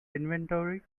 inventory